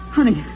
Honey